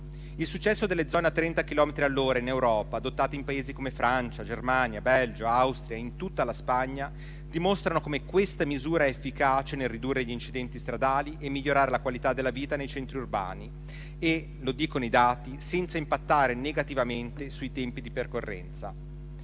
Il successo delle zone a 30 chilometri all'ora in Europa, adottate in Paesi come Francia, Germania, Belgio, Austria, in tutta la Spagna, dimostra come questa misura sia efficace nel ridurre gli incidenti stradali e migliorare la qualità della vita nei centri urbani e - lo dicono i dati - senza impattare negativamente sui tempi di percorrenza.